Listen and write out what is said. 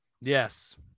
Yes